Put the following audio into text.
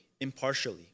impartially